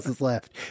left